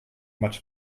much